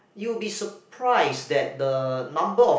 you will be surprised that the number of